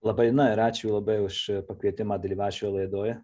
labai na ir ačiū labai už pakvietimą dalyvaut šioj laidoj